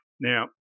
Now